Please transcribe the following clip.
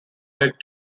led